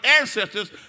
ancestors